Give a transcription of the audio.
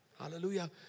Hallelujah